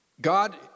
God